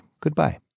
goodbye